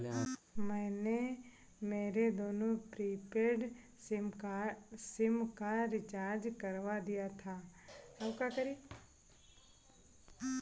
मैंने मेरे दोनों प्रीपेड सिम का रिचार्ज करवा दिया था